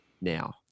now